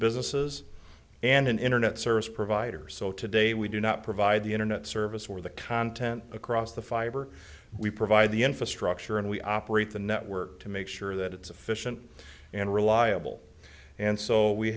businesses and an internet service provider so today we do not provide the internet service or the content across the fiber we provide the infrastructure and we operate the network to make sure that it's efficient and reliable and so we